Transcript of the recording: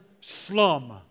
slum